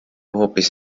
hoopis